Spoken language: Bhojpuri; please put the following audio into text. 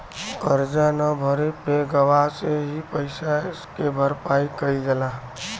करजा न भरे पे गवाह से ही पइसा के भरपाई कईल जाला